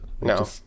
No